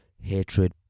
hatred